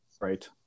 right